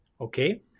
okay